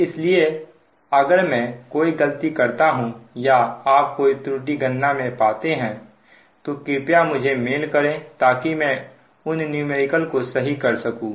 इसलिए अगर मैं कोई गलती करता हूं या आप कोई त्रुटि गणना में पाते हैं तो कृपया मुझे मेल करें ताकि मैं उन न्यूमेरिकल को सही कर सकूं